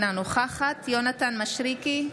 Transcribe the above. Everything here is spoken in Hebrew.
אינה נוכחת יונתן מישרקי,